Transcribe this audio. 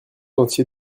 entier